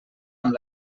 amb